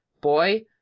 boy